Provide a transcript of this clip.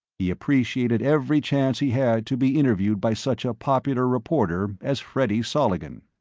he appreciated every chance he had to be interviewed by such a popular reporter as freddy soligen.